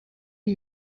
are